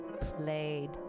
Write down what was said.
played